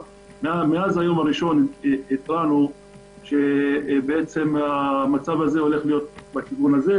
מאז היום הראשון התרענו שהמצב הזה הולך לכיוון הזה,